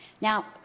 Now